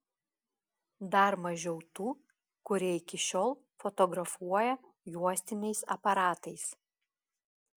dar mažiau tų kurie iki šiol fotografuoja juostiniais aparatais